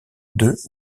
deux